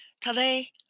Today